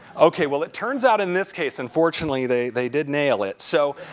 ok. well, it turns out in this case unfortunately they they did nail it. so,